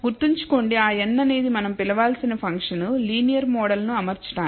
గుర్తుంచుకోండి ఆ l n అనేది మనం పిలవాల్సిన ఫంక్షన్ లీనియర్ మోడల్ ను అమర్చడానికి